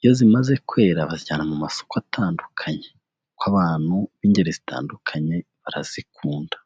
iyo zimaze kwera bazijyana mu masoko atandukanye, kuko abantu b'ingeri zitandukanye barazikunda.